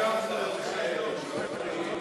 ההצעה להעביר את